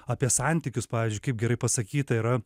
apie santykius pavyzdžiui kaip gerai pasakyta yra